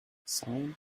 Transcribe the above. sine